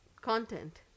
Content